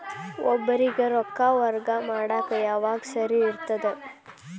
ಒಬ್ಬರಿಗ ರೊಕ್ಕ ವರ್ಗಾ ಮಾಡಾಕ್ ಯಾವಾಗ ಸರಿ ಇರ್ತದ್?